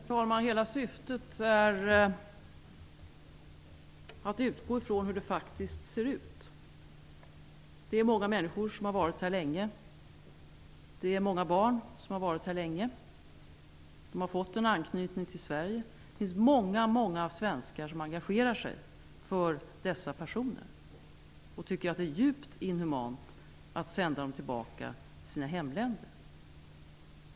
Herr talman! Hela syftet är att utgå från hur det faktiskt ser ut. Det är många människor, varav många är barn, som har varit här länge och fått en ankytning till Sverige. Det finns många många svenskar som engagerar sig för dessa personer. De tycker att det är djupt inhumant att sända dem tillbaka till sina hemländer.